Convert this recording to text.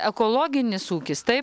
ekologinis ūkis taip